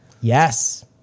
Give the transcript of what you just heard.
Yes